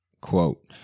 quote